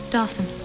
Dawson